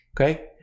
okay